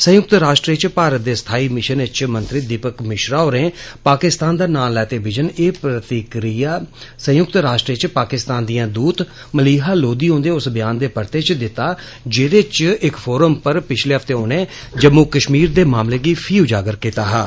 संय्क्त राष्ट्र च भारत दे स्थाई मिशनै च मंत्री दिपक मिश्रा होरें पाकिस्तान दा ना लैते बिजन ए प्रतिक्रिया संय्क्त राष्ट्र पाकिस्तान दियां दूत मलिहा लोदी हन्दे उस ब्यान दे परते च दिता ऐ जेदे च उनें इक फोरम पर पिच्छले हफ्ते उनें जममू कश्मीर दे मसले गी फ्ही उजागर कीता हा